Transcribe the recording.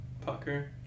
Pucker